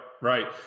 right